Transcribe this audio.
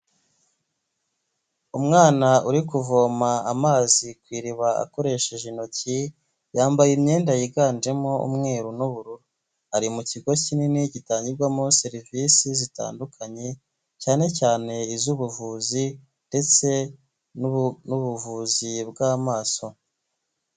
Umwana uri kuvoma amazi ku iriba akoresheje intoki yambaye imyenda yiganjemo umweru n'ubururu, ari mu kigo kinini gitangirwamo serivisi zitandukanye cyane cyane iz'ubuvuzi ndetse n'ubuvuzi bw'amaso.